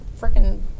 Freaking